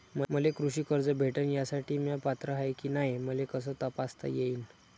मले कृषी कर्ज भेटन यासाठी म्या पात्र हाय की नाय मले कस तपासता येईन?